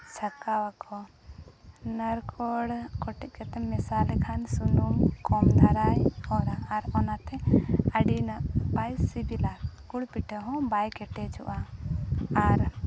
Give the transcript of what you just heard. ᱪᱷᱟᱠᱟᱣᱟᱠᱚ ᱱᱟᱨᱠᱳᱞ ᱠᱚᱴᱮᱡ ᱠᱟᱛᱮᱢ ᱢᱮᱥᱟ ᱞᱮᱠᱷᱟᱱ ᱥᱩᱱᱩᱢ ᱠᱚᱢ ᱫᱷᱟᱨᱟᱭ ᱚᱨᱮ ᱟᱨ ᱚᱱᱟᱛᱮ ᱟᱹᱰᱤ ᱱᱟᱯᱟᱭ ᱥᱤᱵᱤᱞᱟ ᱜᱩᱲ ᱯᱤᱴᱷᱟᱹ ᱦᱚᱸ ᱵᱟᱭ ᱠᱮᱴᱮᱡᱚᱜᱼᱟ ᱟᱨ